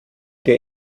dir